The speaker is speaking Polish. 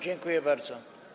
Dziękuję bardzo.